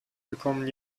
bekommen